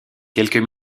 quelques